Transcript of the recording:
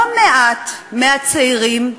לא מעט מהצעירים,